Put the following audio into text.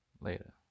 later